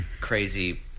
crazy